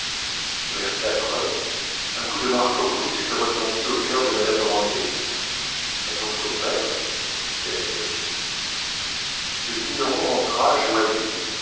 vers quatre heures un coup de marteau brusque retentit au cœur de madame grandet qu'a donc ton père dit-elle à sa fille le vigneron entra joyeux